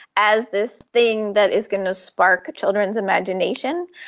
as this thing that is going to spark children's imagination.